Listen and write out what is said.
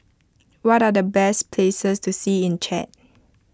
what are the best places to see in Chad